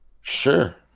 sure